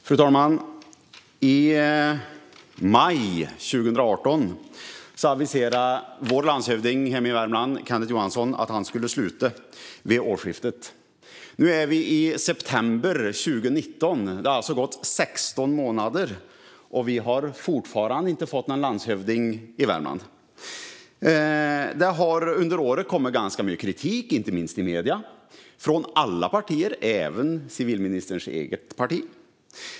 Fru talman! I maj 2018 aviserade vår landshövding hemma i Värmland, Kenneth Johansson, att han skulle sluta vid årsskiftet. Nu är vi inne i september 2019. Det har alltså gått 16 månader, och vi har fortfarande inte fått någon landshövding i Värmland. Det har under året kommit ganska mycket kritik, inte minst i medierna, från alla partier - även från civilministerns eget parti.